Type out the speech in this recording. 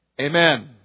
Amen